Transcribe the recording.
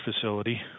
Facility